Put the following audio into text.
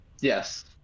Yes